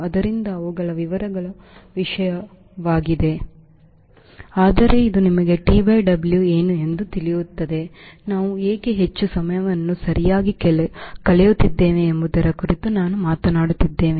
ಆದ್ದರಿಂದ ಅವುಗಳು ವಿವರಗಳ ವಿಷಯವಾಗಿದೆ ಆದರೆ ಇದು ನಿಮಗೆ TW ಏನು ಎಂದು ತಿಳಿಯುತ್ತದೆ ನಾವು ಯಾಕೆ ಹೆಚ್ಚು ಸಮಯವನ್ನು ಸರಿಯಾಗಿ ಕಳೆಯುತ್ತಿದ್ದೇವೆ ಎಂಬುದರ ಕುರಿತು ನಾವು ಮಾತನಾಡುತ್ತಿದ್ದೇವೆ